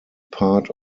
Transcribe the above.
part